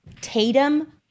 Tatum